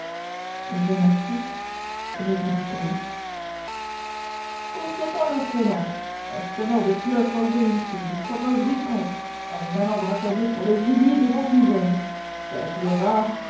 je ne sais répondit-elle conçoit-on l'insolence un sonneur de cloches enlever une fille comme un vicomte un manant braconner sur le gibier des gentilshommes voilà qui est rare